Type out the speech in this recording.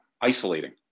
isolating